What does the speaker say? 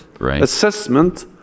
assessment